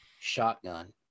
shotgun